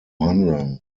handeln